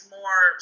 more